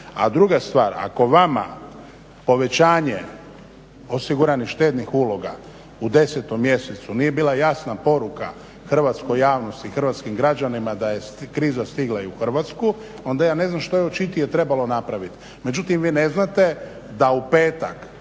A druga stvar, ako vama povećanje osiguranih štednih uloga u 10 mjesecu nije bila jasna poruka hrvatskoj javnosti i hrvatskim građanima da je kriza stigla i u Hrvatsku, onda ja ne znam što je očitije trebalo napraviti. Međutim, vi ne znate da u petak